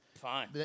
fine